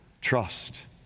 trust